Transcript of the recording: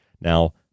Now